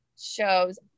shows